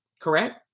correct